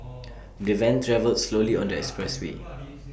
the van travelled slowly on the expressway